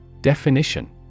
Definition